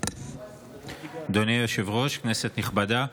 אדוני היושב-ראש, כנסת נכבדה,